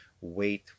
wait